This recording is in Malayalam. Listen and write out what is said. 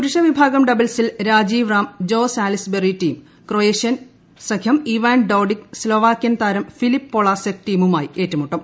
പുരുഷ വിഭാഗം ഡബിൾസിൽ Rajeev Ram Joe Salisbury സഖ്യം ക്രൊയേഷ്യൻ ഇവാൻ ഡോഡിക് സ്തൊവാക്യൻ താരം ഫിലിപ്പ് പൊളാസെക് ടീമുമായി ഏറ്റുമുട്ടും